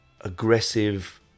aggressive